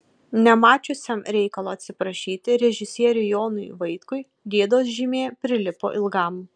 nemačiusiam reikalo atsiprašyti režisieriui jonui vaitkui gėdos žymė prilipo ilgam